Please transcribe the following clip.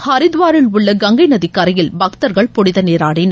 ஹரித்துவாரில் உள்ள கங்கை நதி கரையில் பக்தர்கள் புனித நீராடினர்